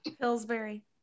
Pillsbury